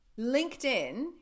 LinkedIn